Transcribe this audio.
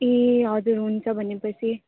ए हजुर हुन्छ भनेपछि